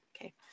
okay